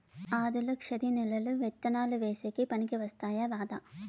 ఆధులుక్షరి నేలలు విత్తనాలు వేసేకి పనికి వస్తాయా రాదా?